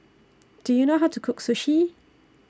Do YOU know How to Cook Sushi